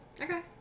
Okay